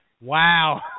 Wow